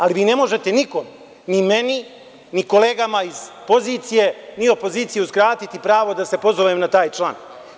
Ali, vi ne možete nikome, ni meni, ni kolegama iz pozicije, ni opozicije uskratiti pravo da se pozovem na taj član.